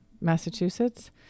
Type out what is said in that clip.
Massachusetts